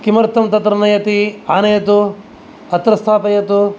किमर्थं तत्र नयति आनयतु अत्र स्थापयतु